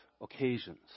occasions